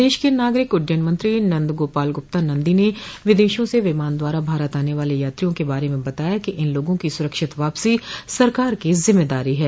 प्रदेश के नागरिक उड़डयन मंत्री नन्द गोपाल गुप्ता नन्दी ने विदेशों से विमान द्वारा भारत आने वाले यात्रियों के बारे में बताया कि इन लोगों की सुरक्षित वापसी सरकार की जिम्मेदारी है